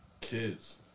kids